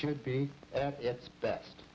should be at its best